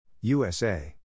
USA